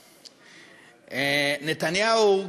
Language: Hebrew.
נתניהו,